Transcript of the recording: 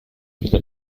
viele